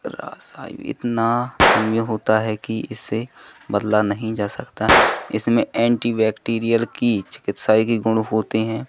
रसायन इतना गाढ़ा होता है कि इसे बदला नहीं जा सकता इसमें एंटी बैक्टीरियल कीच के गुण होते हैं